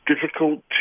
difficult